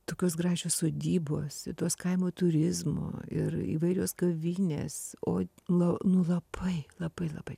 tokios gražios sodybos į tos kaimo turizmo ir įvairios kavinės o la nu labai labai labai